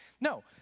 no